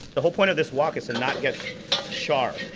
the whole point of this wok is to not get char.